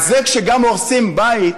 אז זה, גם כשהורסים בית,